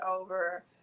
over